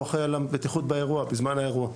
והוא אחראי על הבטיחות באירוע בזמן האירוע.